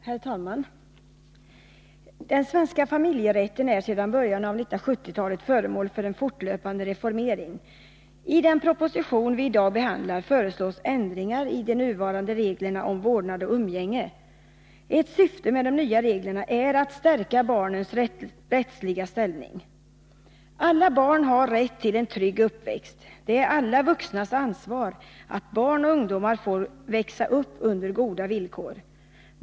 Herr talman! Den svenska familjerätten är sedan början av 1970-talet föremål för en fortlöpande reformering. I den proposition vi i dag behandlar föreslås ändringar i de nuvarande reglerna om vårdnad och umgänge. Ett syfte med de nya reglerna är att stärka barnens rättsliga ställning. Alla barn har rätt till en trygg uppväxt. Det är alla vuxnas ansvar att barn och ungdomar får växa upp under goda villkor.